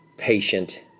patient